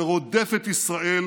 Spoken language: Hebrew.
שרודף ישראל